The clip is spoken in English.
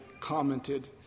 commented